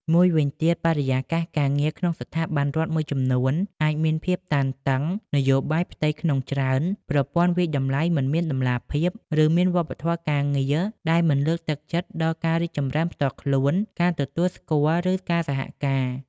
មួយវិញទៀតបរិយាកាសការងារក្នុងស្ថាប័នរដ្ឋមួយចំនួនអាចមានភាពតានតឹង នយោបាយផ្ទៃក្នុងច្រើន ប្រព័ន្ធវាយតម្លៃមិនមានតម្លាភាព ឬមានវប្បធម៌ការងារដែលមិនលើកទឹកចិត្តដល់ការរីកចម្រើនផ្ទាល់ខ្លួន ការទទួលស្គាល់ ឬការសហការ។